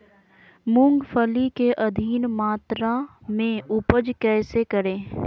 मूंगफली के अधिक मात्रा मे उपज कैसे करें?